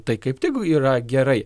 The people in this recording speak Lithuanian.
tai kaip tik yra gerai